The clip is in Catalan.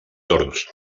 torns